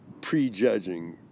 prejudging